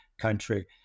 country